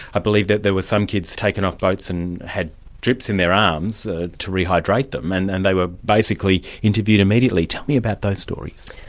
i believe that there were some kids taken off boats and had drips in their arms ah to rehydrate them, and and they were basically interviewed immediately. tell me about those stories.